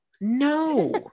no